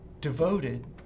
Devoted